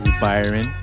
Byron